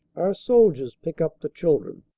our sol diers pick up the children.